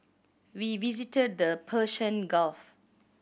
we visited the Persian Gulf